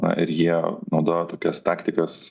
na ir jie naudojo tokias taktikas